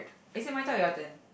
is it my turn or your turn